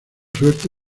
suerte